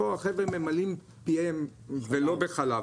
פה החברה ממלאים פיהם ולא בחלב.